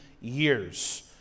years